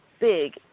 big